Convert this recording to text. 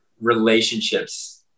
relationships